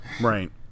right